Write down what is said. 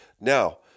Now